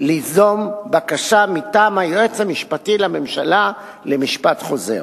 ליזום בקשה מטעם היועץ המשפטי לממשלה למשפט חוזר.